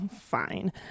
fine